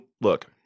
look